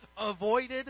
avoided